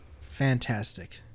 Fantastic